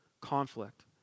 conflict